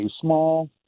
small